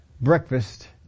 breakfast